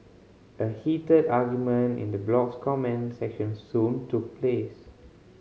a heated argument in the blog's comment section soon took place